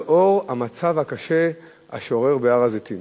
לנוכח המצב הקשה השורר בהר-הזיתים.